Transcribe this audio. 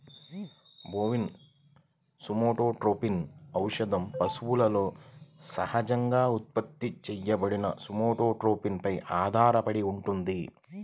bovine somatotropin ఔషధం పశువులలో సహజంగా ఉత్పత్తి చేయబడిన సోమాటోట్రోపిన్ పై ఆధారపడి ఉంటుంది